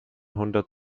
hundert